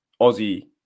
Aussie